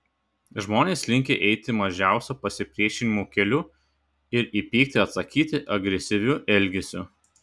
žmonės linkę eiti mažiausio pasipriešinimo keliu ir į pyktį atsakyti agresyviu elgesiu